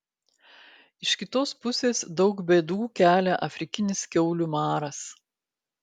iš kitos pusės daug bėdų kelia afrikinis kiaulių maras